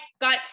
got